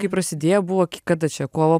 kai prasidėjo buvo kada čia kovo